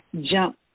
jump